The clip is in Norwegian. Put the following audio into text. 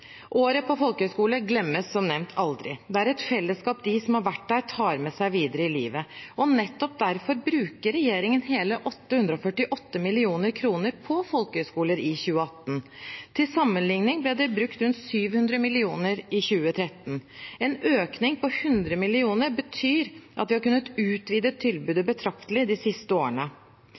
et fellesskap de som har vært der, tar med seg videre i livet. Nettopp derfor bruker regjeringen hele 848 mill. kr på folkehøyskoler i 2018. Til sammenligning ble det brukt rundt 700 mill. kr i 2013. En økning på 100 mill. kr betyr at vi har kunnet utvide tilbudet betraktelig de siste årene.